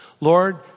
Lord